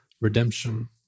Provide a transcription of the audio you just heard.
redemption